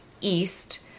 East